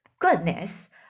Goodness